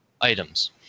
items